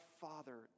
Father